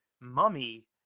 Mummy